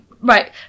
Right